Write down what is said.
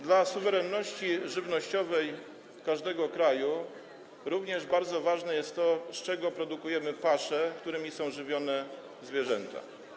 Dla suwerenności żywnościowej każdego kraju również bardzo ważne jest to, z czego produkujemy pasze, którymi są żywione zwierzęta.